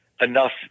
enough